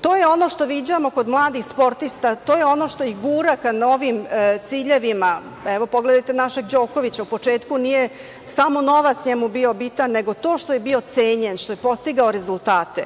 To je ono što viđamo kod mladih sportista, to je ono što ih gura novim ciljevima. Evo, pogledajte našeg Đokovića. U početku nije samo novac njemu bio bitan, nego to što je bio cenjen, što je postigao rezultate.